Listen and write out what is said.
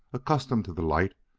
accustomed to the light,